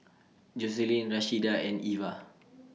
Joselin Rashida and Iva